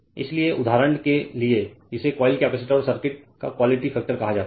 इसलिए उदाहरण के लिए इसे कॉइल कैपेसिटर और सर्किट का क्वालिटी फैक्टर कहा जाता है